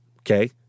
okay